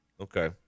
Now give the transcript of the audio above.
Okay